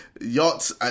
yachts